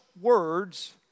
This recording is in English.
words